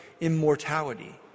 immortality